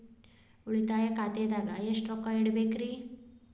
ಉಳಿತಾಯ ಖಾತೆದಾಗ ಎಷ್ಟ ರೊಕ್ಕ ಇಡಬೇಕ್ರಿ?